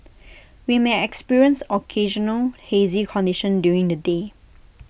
we may experience occasional hazy conditions during the day